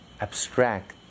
abstract